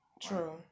True